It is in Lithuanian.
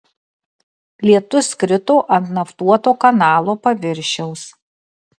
lietus krito ant naftuoto kanalo paviršiaus